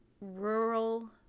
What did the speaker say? rural